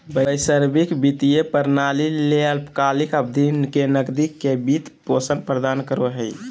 वैश्विक वित्तीय प्रणाली ले अल्पकालिक अवधि के नकदी के वित्त पोषण प्रदान करो हइ